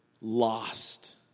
lost